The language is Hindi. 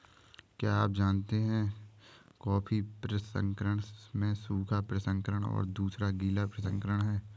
क्या आप जानते है कॉफ़ी प्रसंस्करण में सूखा प्रसंस्करण और दूसरा गीला प्रसंस्करण है?